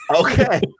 Okay